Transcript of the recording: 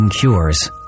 Cures